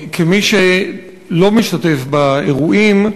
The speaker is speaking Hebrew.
כמי שלא משתתף באירועים,